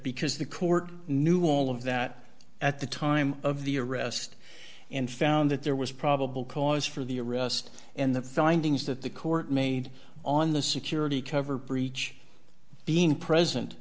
because the court knew all of that at the time of the arrest and found that there was probable cause for the arrest and the findings that the court made on the security cover breach being present